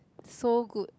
so good